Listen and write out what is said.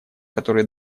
которые